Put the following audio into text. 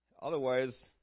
otherwise